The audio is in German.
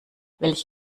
welch